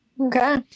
Okay